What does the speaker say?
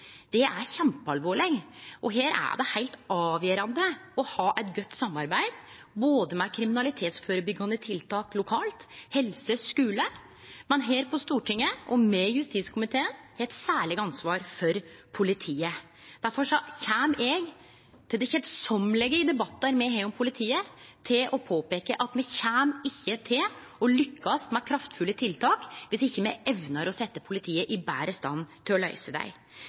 Det er kjempealvorleg. Det er heilt avgjerande å ha eit godt samarbeid med både kriminalitetsførebyggjande tiltak lokalt, helsevesen og skule, men Stortinget, og me i justiskomiteen, har eit særleg ansvar for politiet. Derfor kjem eg, til det keisame, i debatter me har om politiet, til å peike på at me kjem ikkje til å lukkast med kraftfulle tiltak, viss ikkje me evnar å setje politiet betre i stand til å løyse